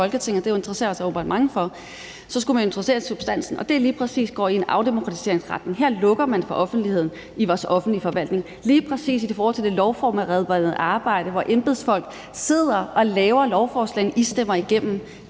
mange der interesserer sig for. Men i stedet skulle man jo interessere sig for substansen, og det er lige præcis, at det går i en afdemokratiseringsretning. Her lukker man for offentligheden i vores offentlige forvaltning. Lige præcis det lovforberedende arbejde, hvor embedsfolk sidder og laver lovforslag, som I stemmer igennem,